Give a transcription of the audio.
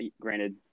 Granted